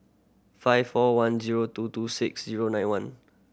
five four one zero two two six zero nine one